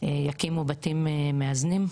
יקימו בתים מאזנים.